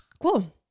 Cool